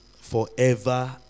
forever